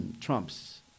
trumps